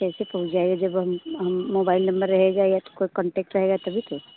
कैसे पहुँच जाएगा जब हम मोबाईल नम्बर रहेगा या कान्टैक्ट नम्बर रहेगा तभी तो